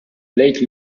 lake